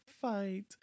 fight